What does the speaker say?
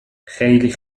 خیلی